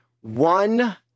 one